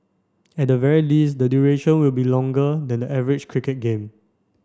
at the very least the duration will be longer than the average cricket game